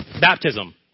baptism